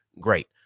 great